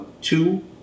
two